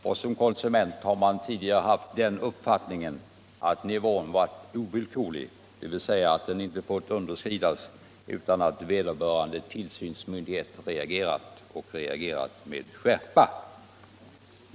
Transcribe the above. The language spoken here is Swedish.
Såsom konsument har man tidigare haft den uppfattningen att nivån varit ovillkorlig, dvs. att den inte har fått underskridas utan att vederbörande tillsynsmyndighet reagerat med skärpa.